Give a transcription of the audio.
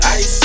Ice